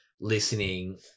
listening